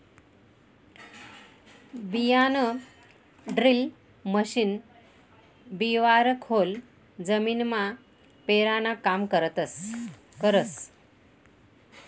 बियाणंड्रील मशीन बिवारं खोल जमीनमा पेरानं काम करस